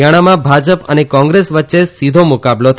હરિયાણામાં ભાજપ અને કોંગ્રેસ વચ્ચે સીધો મુકાબલો થશે